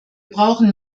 brauchen